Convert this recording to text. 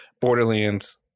Borderlands